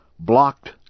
blocked